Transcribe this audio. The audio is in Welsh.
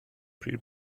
pryd